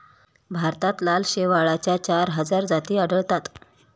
भारतात लाल शेवाळाच्या चार हजार जाती आढळतात